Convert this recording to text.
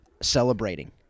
celebrating